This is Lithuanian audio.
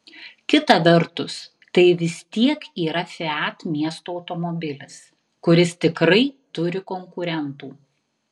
kita vertus tai vis tiek yra fiat miesto automobilis kuris tikrai turi konkurentų